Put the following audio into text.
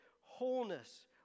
wholeness